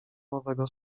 nowego